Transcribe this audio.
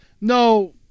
no